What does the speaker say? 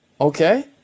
okay